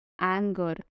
anger